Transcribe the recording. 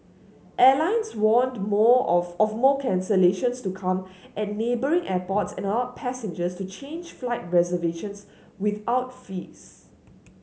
airlines warned more of of more cancellations to come at neighbouring airports and allowed passengers to change flight reservations without fees